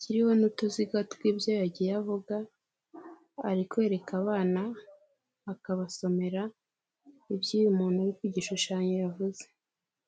kiriho n'utuziga tw'ibyo yagiye avuga, ari kwereka abana, akabasomera ibyo uyu umuntu uri ku igishushanyo yavuze.